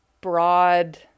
broad